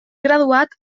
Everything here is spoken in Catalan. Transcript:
graduat